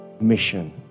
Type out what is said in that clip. mission